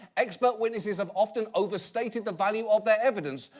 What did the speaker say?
expert witnesses have often overstated the value of their evidence,